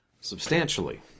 substantially